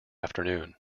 afternoon